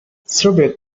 strawberry